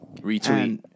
Retweet